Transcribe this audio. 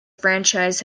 franchise